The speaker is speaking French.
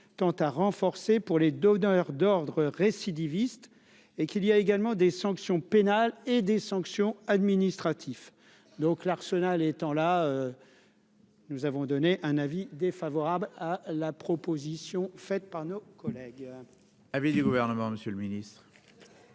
tend à renforcer pour les donneurs d'ordre récidiviste et qu'il y a également des sanctions pénales et des sanctions administratif, donc l'arsenal étant là. Nous avons donné un avis défavorable à la proposition faite par nos. Collègues avis du gouvernement, Monsieur le Ministre.